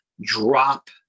drop